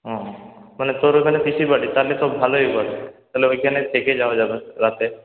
হ্যাঁ মানে তোর ওখানে পিসির বাড়ি তাহলে তো ভালই হয় তাহলে ওইখানে থেকে যাওয়া যাবে রাতে